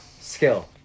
skill